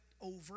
over